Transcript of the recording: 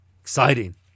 Exciting